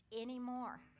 anymore